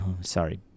Sorry